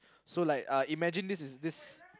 so like uh imagine this is this